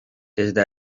desde